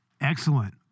Excellent